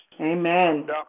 Amen